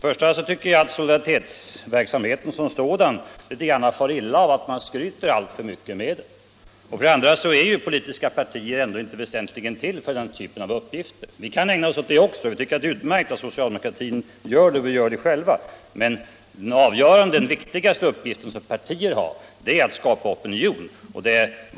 För det första tycker jag att solidaritetsverksamheten som sådan litet grand far illa av att man skryter alltför mycket med den. För det andra är politiska partier ändå inte väsentligen till för den typen av uppgifter. Vi kan ägna oss åt det också. Jag tycker att det är utmärkt att socialdemokratin gör det, och vi gör det själva — men den viktigaste uppgiften för partierna är att skapa opinion.